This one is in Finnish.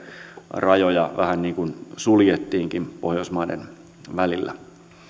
rajoja vähän niin kuin suljettiinkin pohjoismaiden välillä